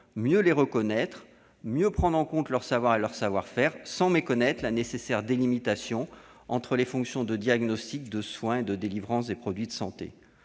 mieux les reconnaître et mieux prendre en compte leurs savoirs et leurs savoir-faire, sans méconnaître la nécessaire délimitation entre les fonctions de diagnostic, de soin et de délivrance des produits de santé.